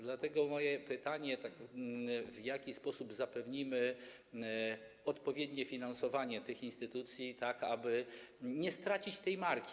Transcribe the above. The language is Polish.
Dlatego moje pytanie brzmi: W jaki sposób zapewnimy odpowiednie finansowanie tych instytucji, tak aby nie stracić tej marki?